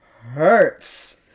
hurts